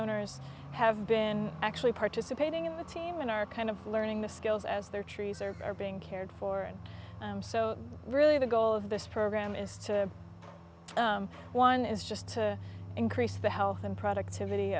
owners have been actually participating in the team and are kind of learning the skills as their trees are are being cared for and so really the goal of this program is to one is just to increase the health and productivity